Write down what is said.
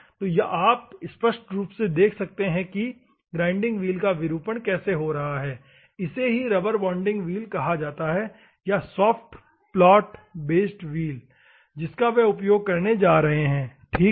तो आप स्पष्ट रूप से देख सकते हैं कि ग्राइंडिंग व्हील का विरूपण कैसे हो रहा है इसे ही रबर बॉन्डिंग व्हील कहा जाता है या सॉफ्ट प्लॉट बेस्ट व्हील्स जिसका वे उपयोग करने जा रहे हैं ठीक है